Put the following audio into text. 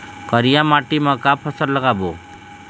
करिया माटी म का फसल लगाबो?